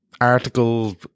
article